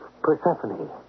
Persephone